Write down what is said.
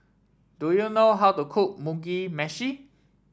do you know how to cook Mugi Meshi